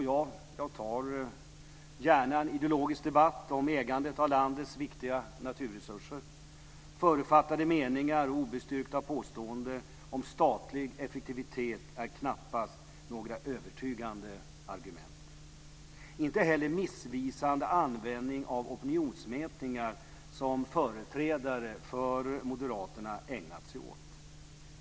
Jag tar gärna en ideologisk debatt om ägandet av landets viktiga naturresurser. Förutfattade meningar och obestyrkta påståenden om statlig effektivitet är knappast några övertygande argument. Det är inte heller missvisande användning av opinionsmätningar, som företrädare för Moderaterna ägnat sig åt.